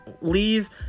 leave